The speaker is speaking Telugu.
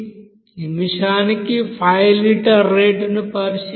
నిమిషానికి 5 లీటర్ రేటును పరిశీలిద్దాం